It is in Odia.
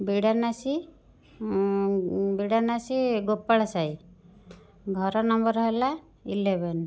ବିଡ଼ାନାସୀ ବିଡ଼ାନାସୀ ଗୋପାଳ ସାହି ଘର ନମ୍ବର୍ ହେଲା ଇଲେଭେନ୍